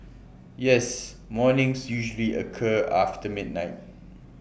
yes mornings usually occur after midnight